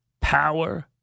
power